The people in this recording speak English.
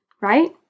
right